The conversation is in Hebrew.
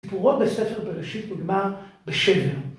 סיפורות בספר פרשית נגמר בשבר.